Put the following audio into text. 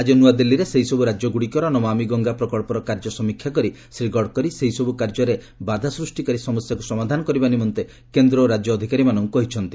ଆଜି ନୂଆଦିଲ୍ଲୀରେ ସେହିସବୁ ରାଜ୍ୟଗୁଡ଼ିକର ନମାମି ଗଙ୍ଗା ପ୍ରକଳ୍ପର କାର୍ଯ୍ୟ ସମୀକ୍ଷା କରି ଶ୍ରୀ ଗଡ଼କରୀ ସେହିସବୁ କାର୍ଯ୍ୟରେ ବାଧା ସୃଷ୍ଟିକାରୀ ସମସ୍ୟାକୁ ସମାଧାନ କରିବା ନିମନ୍ତେ କେନ୍ଦ୍ର ଓ ରାଜ୍ୟ ଅଧିକାରୀମାନଙ୍କୁ କହିଛନ୍ତି